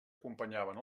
acompanyaven